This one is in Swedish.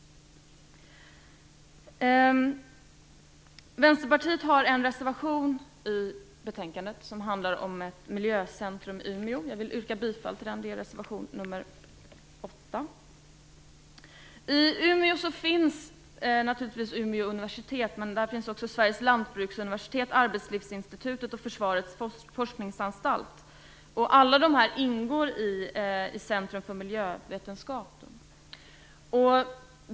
Vänsterpartiet har en reservation till betänkandet som handlar om ett miljöcentrum i Umeå. Jag vill yrka bifall till den, det är reservation nr 8. I Umeå finns naturligtvis Umeå universitet, men där finns också Sveriges Lantbruksuniversitet, Arbetslivsinstitutet och Försvarets forskningsanstalt. Alla dessa ingår i Centrum för miljövetenskap.